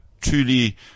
truly